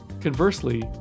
Conversely